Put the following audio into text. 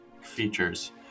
features